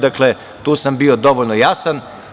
Dakle, tu sam bio dovoljno jasan.